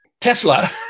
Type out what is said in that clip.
Tesla